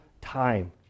time